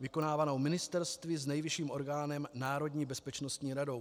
vykonávanou ministerstvy s nejvyšším orgánem národní bezpečnostní radou.